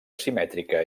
asimètrica